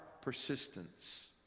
persistence